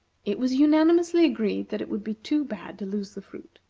it was unanimously agreed that it would be too bad to lose the fruit,